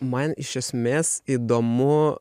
man iš esmės įdomu